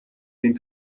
den